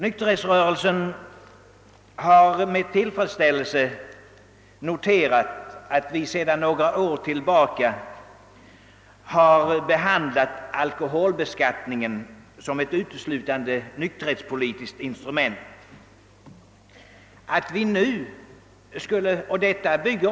Nykterhetsrörelsen har med tillfredsställelse noterat att vi sedan några år tillbaka har behandlat alkoholbeskattningen som ett uteslutande nykterhetspolitiskt instrument.